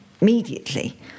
immediately